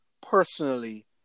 personally